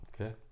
Okay